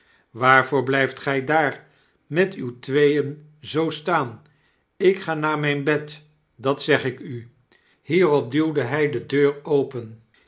waarvoor blyft gy daar met uw tweeen zoo staan ik ga naar mijn bed dat zeg ik u hierop duwde hij de deur open